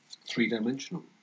three-dimensional